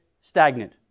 stagnant